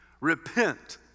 repent